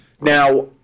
Now